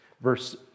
Verse